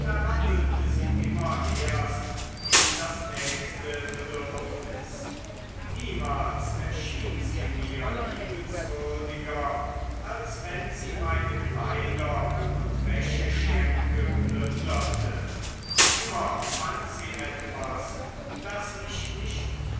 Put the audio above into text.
verwandelte sie immer erst in das nächste bedürfnis niemals erschien sie mir liebenswürdiger als wenn sie meine kleider und wäscheschränke plünderte immer fand sie etwas das ich nicht